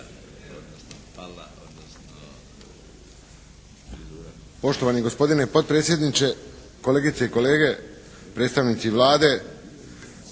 Pero (HSP)** Poštovani gospodine potpredsjedniče, kolegice i kolege, predstavnici Vlade.